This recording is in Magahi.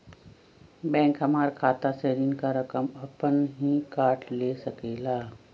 बैंक हमार खाता से ऋण का रकम अपन हीं काट ले सकेला?